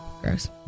Gross